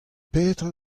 petra